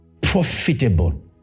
Profitable